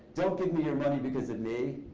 don't give me your money because of me.